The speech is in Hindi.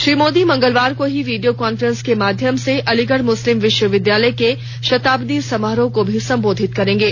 श्री मोदी मंगलवार को ही वीडियो कॉर्फ्र्ंस के माध्यम से अलीगढ़ मुस्लिम विश्वविद्यालय के शताब्दी समारोह को भी संबोधित करेंगे